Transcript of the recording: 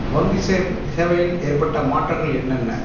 வங்கி சேவை சேவையில் ஏற்பட்ட மாற்றங்கள் என்னென்ன